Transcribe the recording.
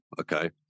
Okay